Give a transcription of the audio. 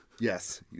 Yes